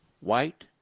White